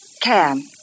Cam